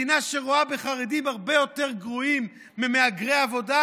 מדינה שרואה בחרדים הרבה יותר גרועים ממהגרי עבודה